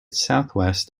southwest